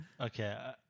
Okay